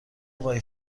وای